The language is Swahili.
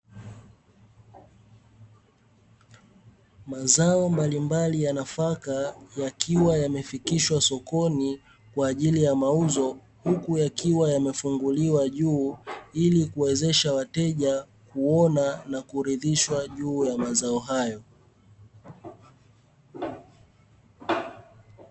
Mazao mbalimbali ya nafaka, yakiwa yamefikishwa sokoni kwa ajili ya mauzo huku yakiwa yamefunguliwa juu ili kuwezesha wateja kuona na kuridhishwa juu ya mazao hayo.